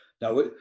Now